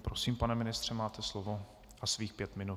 Prosím, pane ministře, máte slovo a svých pět minut.